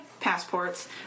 passports